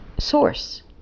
Source